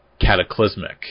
cataclysmic